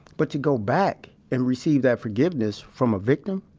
but to go back and receive that forgiveness from a victim.